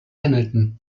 hamilton